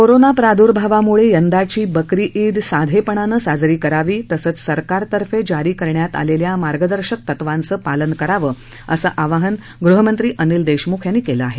कोरोनाप्रादुर्भावामुळे यंदाची बकरी ईद साधेपणानं साजरी करावी तसचं सरकारतर्फे जारी करण्यात आलेल्या मार्गदर्शक तत्वांचं पालन करावं असं आवाहन गृहमंत्री अनिल देशमुख यांनी केलं आहे